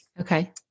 okay